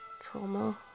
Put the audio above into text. trauma